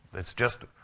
it's just,